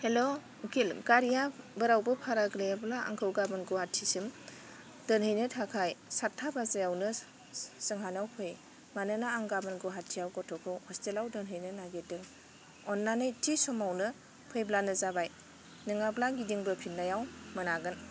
hello गिल गारिया बोरावबो बारा गैयाब्ला आंखौ गाबोन गुवाहाटिसिम दोनहैनो थाखाय सादथा बाजियावनो जोंहानाव फै मानोना आं गाबोन गुवाहाटियाव गथ'खौ हस्टेलाव दोनहैनो नागेरदों अन्नानै थि समावनो फैब्लानो जाबाय नोङाब्ला गिदिं बोफिन्नायाव मोनागोन